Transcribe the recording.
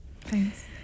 Thanks